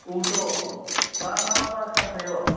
Gotham मा मा बार खालि थायो